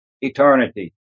eternity